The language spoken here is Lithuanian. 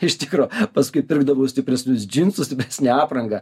iš tikro paskui pirkdavau stipresnius džinsus stipresnę aprangą